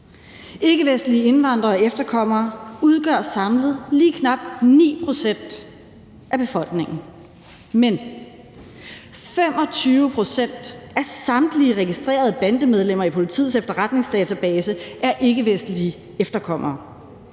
Ikkevestlige indvandrere og efterkommere udgør samlet lige knap 9 pct. af befolkningen, men 25 pct. af samtlige registrerede bandemedlemmer i politiets efterretningsdatabase er ikkevestlige efterkommere.